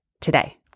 today